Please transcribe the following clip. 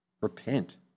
Repent